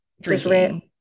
drinking